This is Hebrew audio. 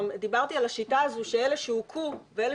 דיברתי על השיטה הזו שאלה שהוכו ואלה